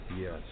Yes